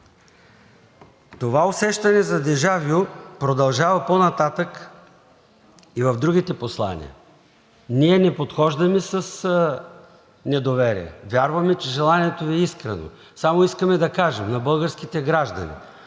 Това усещане за дежавю продължава по-нататък и в другите послания. Ние не подхождаме с недоверие. Вярваме, че желанието Ви е искрено. Само искаме да кажем на българските граждани,